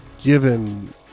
given